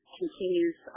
continues